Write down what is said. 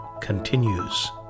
continues